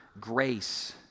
grace